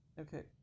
Okay